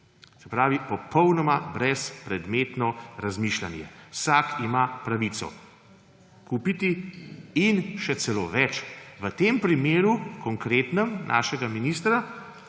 Se pravi, popolnoma brezpredmetno razmišljanje. Vsak ima pravico kupiti in še celo več; v tem konkretnem primeru našega ministra